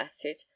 acid